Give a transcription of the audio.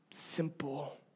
Simple